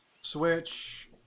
Switch